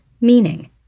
meaning—